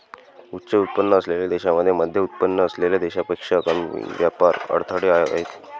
उच्च उत्पन्न असलेल्या देशांमध्ये मध्यमउत्पन्न असलेल्या देशांपेक्षा कमी व्यापार अडथळे आहेत